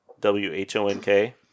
W-H-O-N-K